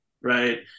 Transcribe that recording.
Right